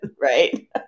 right